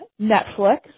Netflix